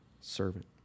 servant